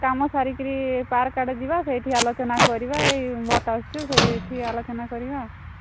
କାମ ସାରିକରି ପାର୍କ ଆଡ଼େ ଯିବା ସେଇଠି ଆଲୋଚନା କରିବା ଏଇ ଭୋଟ୍ ଆସୁଛି ସେଇଠି ଆଲୋଚନା କରିବା